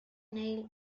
neil